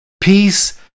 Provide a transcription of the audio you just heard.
peace